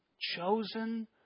chosen